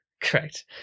Correct